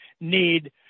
Need